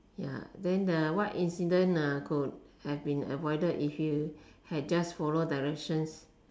ya then the what incident could have been avoided if you had just followed directions